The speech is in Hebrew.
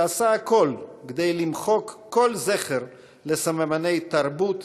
שעשה הכול כדי למחוק כל זכר לסממני תרבות,